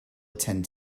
attend